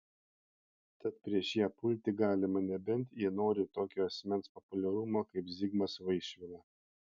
tad prieš ją pulti galima nebent jei nori tokio asmens populiarumo kaip zigmas vaišvila